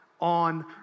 on